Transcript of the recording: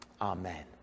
Amen